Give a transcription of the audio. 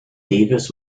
davis